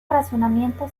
razonamiento